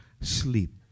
sleep